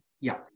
Yes